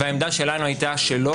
והעמדה שלנו הייתה שלא,